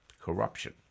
corruption